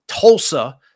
Tulsa